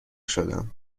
شدم